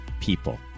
people